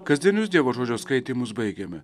kasdienius dievo žodžio skaitymus baigiame